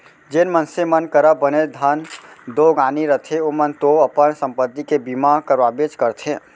जेन मनसे मन करा बनेच धन दो गानी रथे ओमन तो अपन संपत्ति के बीमा करवाबेच करथे